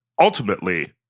ultimately